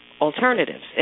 alternatives